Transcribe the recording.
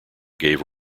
gave